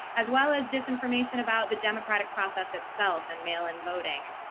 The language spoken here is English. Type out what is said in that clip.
as well as disinformation about the democratic process itself and mail-in voting.